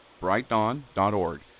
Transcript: brightdawn.org